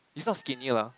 he is not skinny lah